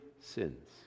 sins